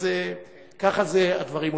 אז ככה הדברים הולכים.